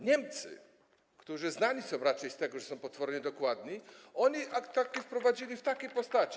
Niemcy, którzy znani są raczej z tego, że są potwornie dokładni, taki akt wprowadzili w takiej postaci.